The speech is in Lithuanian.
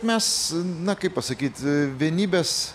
mes na kaip pasakyt vienybės